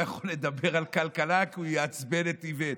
הוא לא יכול לדבר על כלכלה כי הוא יעצבן את איווט.